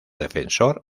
defensor